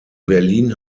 berlin